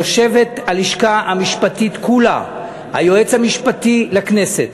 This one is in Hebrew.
יושבת הלשכה המשפטית כולה היועץ המשפטי לכנסת,